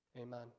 Amen